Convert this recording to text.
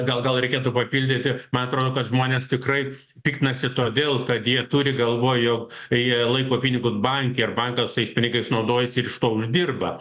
gal gal reikėtų papildyti man atrodo kad žmonės tikrai piktinasi todėl kad jie turi galvoj jog jie laiko pinigus banke ir bankas tais pinigais naudojasi ir iš to uždirba